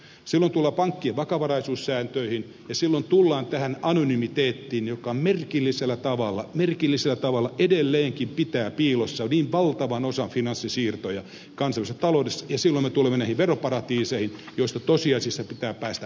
silloin tullaan pankkien vakavaraisuussääntöihin ja silloin tullaan tähän anonymiteettiin joka merkillisellä tavalla merkillisellä tavalla edelleenkin pitää piilossa niin valtavan osan finanssisiirtoja kansainvälisessä taloudessa ja silloin me tulemme näihin veroparatiiseihin joista tosiasiassa pitää päästä eroon